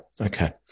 Okay